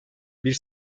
bir